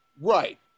Right